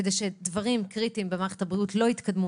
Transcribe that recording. כדי שדברים קריטיים במערכת הבריאות לא יתקדמו